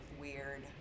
weird